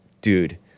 dude